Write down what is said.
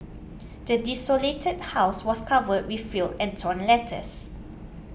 the desolated house was covered in filth and torn letters